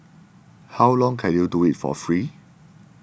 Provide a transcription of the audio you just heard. how long can you do it for free